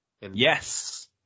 Yes